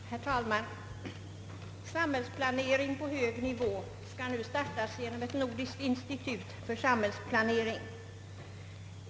Herr talman! Sambhällsplanering på hög nivå skall nu startas genom ett nordiskt institut för samhällsplanering.